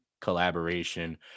collaboration